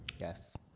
Yes